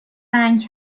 رنگ